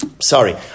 Sorry